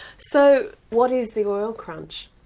so what is the oil crunch?